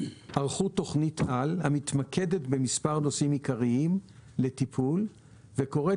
ערכו תוכנית-על המתמקדת במספר נושאים עיקריים לטיפול וקוראת